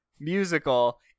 musical